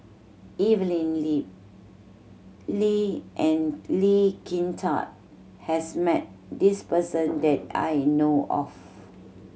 Evelyn Lip Lee and Lee Kin Tat has met this person that I know of